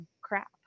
crap